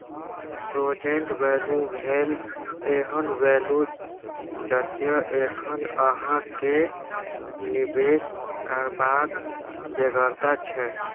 present value भेल एहन value जतय एखन अहाँ केँ निबेश करबाक बेगरता छै